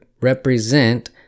represent